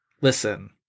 Listen